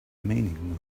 meaning